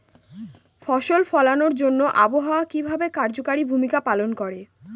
ফসল ফলানোর জন্য আবহাওয়া কিভাবে কার্যকরী ভূমিকা পালন করে?